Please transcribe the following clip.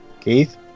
Keith